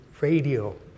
radio